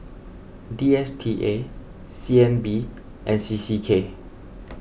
D S T A C N B and C C K